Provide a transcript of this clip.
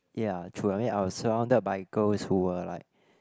ya true I mean I were surrounded by girls who are like